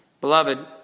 Beloved